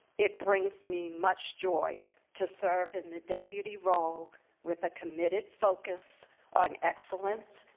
it brings me much joy to serve in the deputy role with a committed focus on excellence,